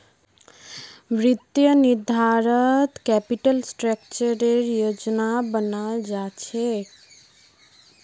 वित्तीय निर्धारणत कैपिटल स्ट्रक्चरेर योजना बनाल जा छेक